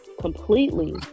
completely